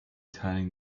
turning